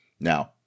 Now